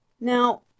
Now